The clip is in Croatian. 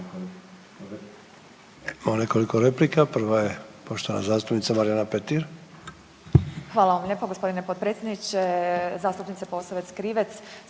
Hvala vam lijepo gospodine potpredsjedniče. Zastupnice Posavac Krivec